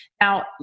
Now